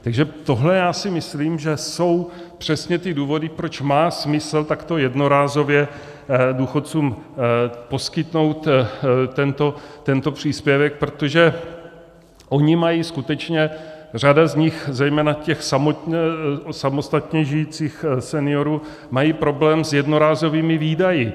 Takže tohle já si myslím, že jsou přesně ty důvody, proč má smysl takto jednorázově důchodcům poskytnout tento příspěvek, protože oni mají skutečně, řada z nich, zejména těch samostatně žijících seniorů, mají problém s jednorázovými výdaji.